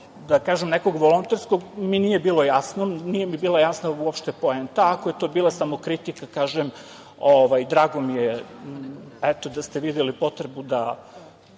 da kažem nekog volonterskog, nije mi bila jasna uopšte poenta. Ako je to bila samokritika, kažem, drago mi je da ste videli potrebu da